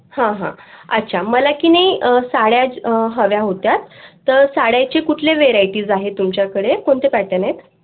हं हं अच्छा मला की नाही साड्या हव्या होत्यात तर साड्यांची कुठले व्हेराइटीज आहे तुमच्याकडे कोणते पॅटर्न आहेत